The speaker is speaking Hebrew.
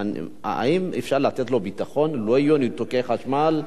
האם אפשר לתת לו ביטחון שלא יהיו ניתוקי חשמל,